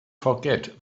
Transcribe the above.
forget